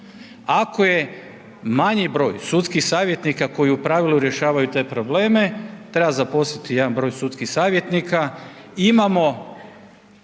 Ako je manji broj sudskih savjetnika koji u pravilu rješavaju te probleme, treba zaposliti jedan broj sudskih savjetnika.